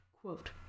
Quote